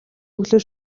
өглөө